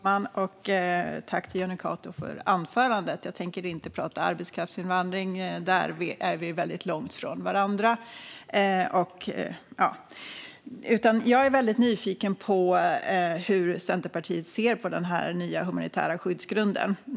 Fru talman! Tack, Jonny Cato, för anförandet! Jag tänker inte prata arbetskraftsinvandring - där står vi väldigt långt från varandra. Jag är väldigt nyfiken på hur Centerpartiet ser på den här nya humanitära skyddsgrunden.